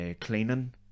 cleaning